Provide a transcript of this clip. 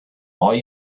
boy